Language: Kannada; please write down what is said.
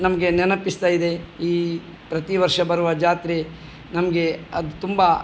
ನಮಗೆ ನೆನಪಿಸ್ತಾ ಇದೆ ಈ ಪ್ರತಿ ವರ್ಷ ಬರುವ ಜಾತ್ರೆ ನಮಗೆ ಅದು ತುಂಬ